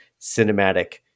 Cinematic